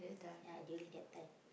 ya during that time